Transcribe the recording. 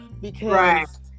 because-